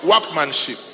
workmanship